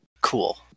Cool